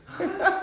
!huh!